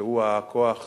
שהוא כוח